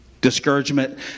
Discouragement